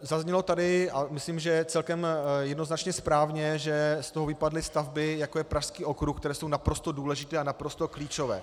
Zaznělo tady, a myslím, že celkem jednoznačně správně, že z toho vypadly stavby, jako je Pražský okruh, které jsou naprosto důležité a naprosto klíčové.